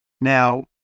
Now